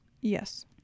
Yes